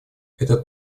этот